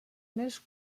més